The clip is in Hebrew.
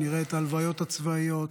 נראה את ההלוויות הצבאיות,